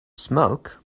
smoke